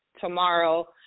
tomorrow